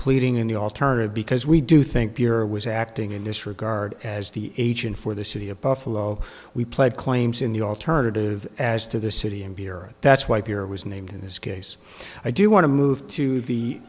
pleading in the alternative because we do think beer was acting in this regard as the agent for the city of buffalo we played claims in the alternative as to the city in beer and that's why peer was named in this case i do want to move to the